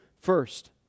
first